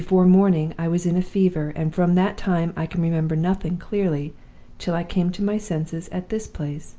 before morning i was in a fever and from that time i can remember nothing clearly till i came to my senses at this place,